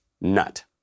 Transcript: nut